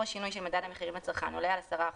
השינוי של מדד המחירים לצרכן עולה על 10%,